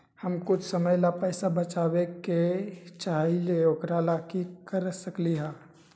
हम कुछ समय ला पैसा बचाबे के चाहईले ओकरा ला की कर सकली ह?